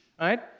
right